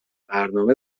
برنامه